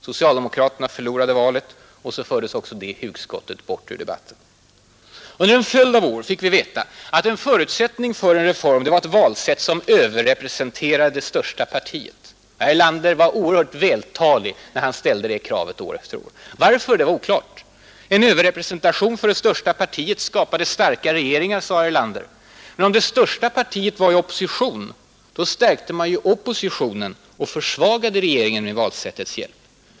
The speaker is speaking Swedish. Socialdemokraterna förlorade valet — och så fördes även det hugskottet bort ur debatten. Under en följd av år fick vi veta att en förutsättning för en reform var ett valsätt som överrepresenterade det största partiet. Herr Erlander var oerhört vältalig när han ställde det kravet år efter år. Varför var oklart. En överrepresentation för det största partiet skapade starka regeringar, sade herr Erlander. Men om det största partiet var i opposition, så stärkte man ju oppositionen och försvagade regeringen med valsättets hjälp.